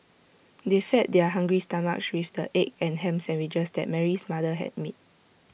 they fed their hungry stomachs with the egg and Ham Sandwiches that Mary's mother had made